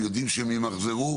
הם יודעים שהם ימחזרו,